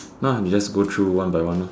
now just go through one by one ah